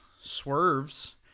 swerves